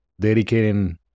dedicated